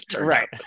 Right